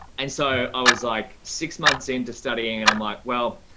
and so i was like six months into studying and i'm like, well,